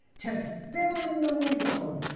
to fill in the wrinkles,